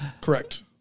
Correct